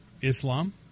Islam